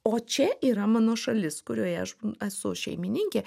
o čia yra mano šalis kurioje aš esu šeimininkė